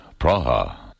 Praha